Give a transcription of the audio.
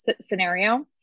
scenario